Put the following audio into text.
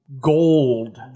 gold